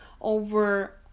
over